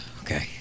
okay